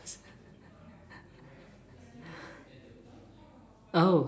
oh